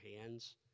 hands